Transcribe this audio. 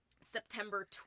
September